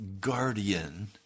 guardian